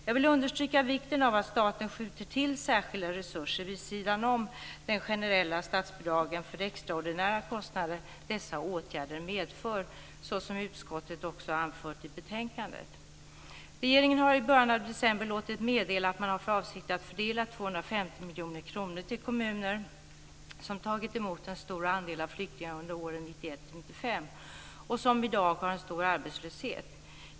Jag vill understryka vikten av att staten skjuter till särskilda resurser vid sidan om de generella statsbidragen för de extraordinära kostnader dessa åtgärder medför, såsom utskottet också anfört i betänkandet. Regeringen har i början av december låtit meddela att man har för avsikt att fördela 250 miljoner kronor till kommuner som tagit emot en stor andel av flyktingar under åren 1991-1995 och som i dag har en stor arbetslöshet.